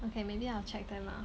okay maybe I will check them out